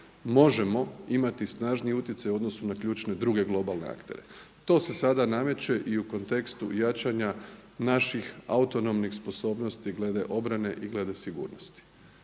možemo imati snažniji utjecaj u odnosu na ključne druge globalne aktere. To se sada nameće i u kontekstu jačanja naših autonomnih sposobnosti glede obrane i glede sigurnosti.